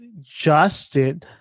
justin